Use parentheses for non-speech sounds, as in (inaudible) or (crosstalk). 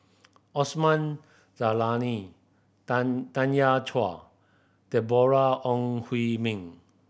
Osman Zailani (unintelligible) Tanya Chua Deborah Ong Hui Min